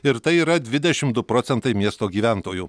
ir tai yra dvidešim du procentai miesto gyventojų